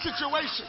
situation